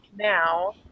now